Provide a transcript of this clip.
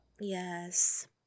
Yes